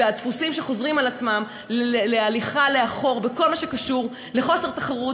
והדפוסים שחוזרים על עצמם בהליכה לאחור בכל מה שקשור לחוסר תחרות